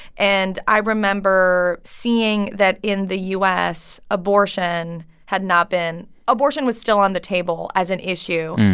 and i remember seeing that, in the u s, abortion had not been abortion was still on the table as an issue.